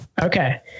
Okay